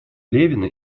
левина